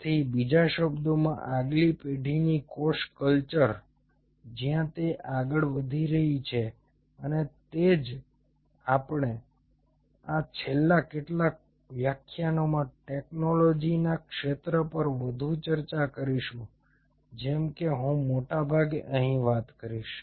તેથી બીજા શબ્દોમાં આગલી પેઢીની કોષ કલ્ચર જ્યાં તે આગળ વધી રહી છે અને તે જ આપણે આ છેલ્લા કેટલાક વ્યાખ્યાનોમાં ટેક્નોલોજીના ક્ષેત્ર પર વધુ ચર્ચા કરીશું જેમ કે હું મોટે ભાગે અહીં વાત કરીશ